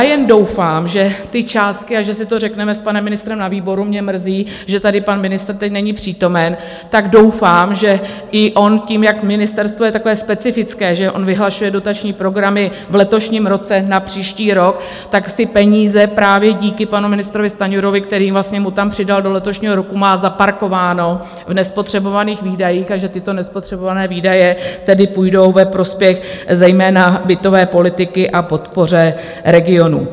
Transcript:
Jen doufám, že ty částky a že si to řekneme s panem ministrem na výboru, mě mrzí, že tady pan ministr teď není přítomen tak doufám, že i on tím, jak ministerstvo je takové specifické, že on vyhlašuje dotační programy v letošním roce na příští rok, tak ty peníze díky právě panu ministrovi Stanjurovi, který mu tam přidal do letošního roku, má zaparkovány v nespotřebovaných výdajích, a že tyto nespotřebované výdaje tedy půjdou ve prospěch zejména bytové politiky a podpory regionů.